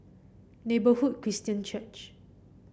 Neighbourhood Christian Church